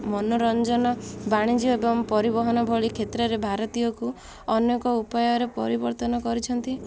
ମନୋରଞ୍ଜନ ବାଣିଜ୍ୟ ଏବଂ ପରିବହନ ଭଳି କ୍ଷେତ୍ରରେ ଭାରତୀୟକୁ ଅନେକ ଉପାୟରେ ପରିବର୍ତ୍ତନ କରିଛନ୍ତି